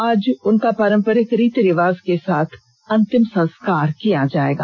आज उनका पारंपरिक रीति रिवाज से अन्तिम संस्कार किया जाएगा